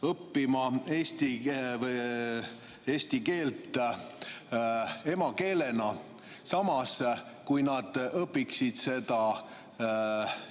õppima eesti keelt emakeelena. Samas, kui nad õpiksid seda